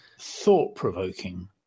thought-provoking